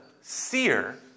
seer